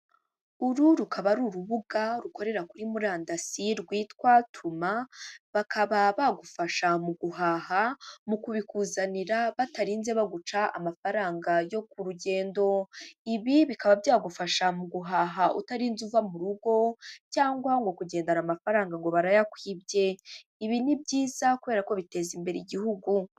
Uru rukaba ari urubuga rukorera kuri murandasi, rwitwa tuma bakaba bagufasha mu guhaha, mu kubikuzanira batarinze baguca amafaranga yo ku rugendo, ibi bikaba byagufasha mu guhaha utarinze uva mu rugo cyangwa ngo kugendana amafaranga ngo barayakwibye, ibi ni byiza kubera ko biteza imbere igihugu.